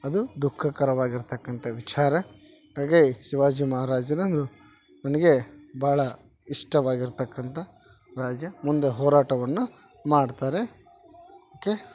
ಅದು ದುಃಖಕರವಾಗಿರ್ತಕ್ಕಂಥ ವಿಚಾರ ಹಾಗೇ ಶಿವಾಜಿ ಮಹಾರಾಜರಂದ್ರೆ ನನಗೆ ಬಹಳ ಇಷ್ಟವಾಗಿರ್ತಕ್ಕಂಥ ರಾಜ ಮುಂದೆ ಹೋರಾಟವನ್ನು ಮಾಡ್ತಾರೆ ಓಕೆ